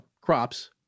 crops